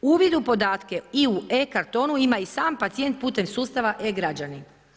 Uvid u podatke i u e-kartonu ima i sam pacijent putem sustava e-građanin.